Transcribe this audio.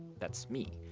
that's me.